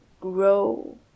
grow